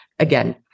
again